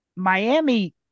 miami